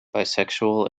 bisexual